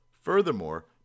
Furthermore